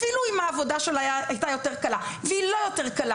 אפילו אם העבודה שלה הייתה קלה והיא לא יותר קלה